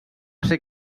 ser